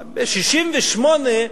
ב-1968,